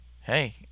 Hey